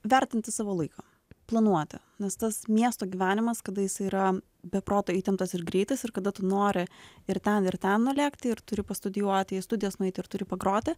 vertinti savo laiką planuoti nes tas miesto gyvenimas kada jisai yra be proto įtemptas ir greitas ir kada tu nori ir ten ir ten nulėkti ir turi pastudijuoti į studijas nueiti ir turi pagroti